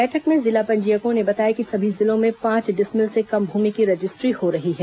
बैठक में जिला पंजीयकों ने बताया कि सभी जिलों में पांच डिसमिल से कम भूमि की रजिस्ट्री हो रही है